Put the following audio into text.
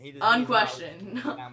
Unquestioned